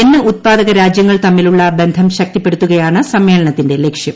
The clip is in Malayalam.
എണ്ണ ഉൽപ്പാദക രാജ്യങ്ങൾ തമ്മിലുള്ള ബന്ധം ശക്തിപ്പെടുത്തുകയാണ് സമ്മേളനത്തിന്റെ ലക്ഷ്യം